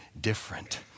different